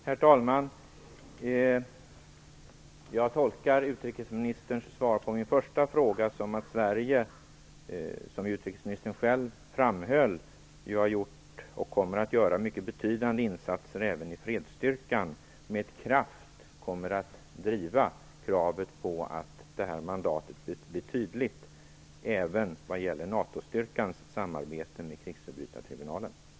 Herr talman! Jag tolkar utrikesministerns svar på min första fråga som att Sverige som, vilket utrikesministern själv framhöll, har gjort och kommer att göra mycket betydande insatser, även i fredsstyrkan med kraft kommer att driva kravet på att mandatet vad gäller NATO-styrkans samarbete med krigsförbrytartribunalen blir tydligt.